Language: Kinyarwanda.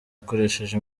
akoresheje